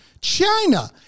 China